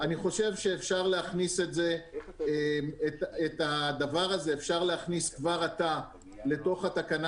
אני חושב שאפשר להכניס את הדבר הזה כבר עתה לתוך התקנה